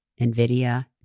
Nvidia